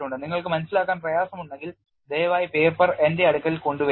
നിങ്ങൾക്ക് മനസിലാക്കാൻ പ്രയാസമുണ്ടെങ്കിൽ ദയവായി പേപ്പർ എന്റെ അടുക്കൽ കൊണ്ടുവരിക